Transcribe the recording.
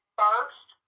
first